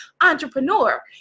entrepreneur